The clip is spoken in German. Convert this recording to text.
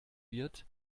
wird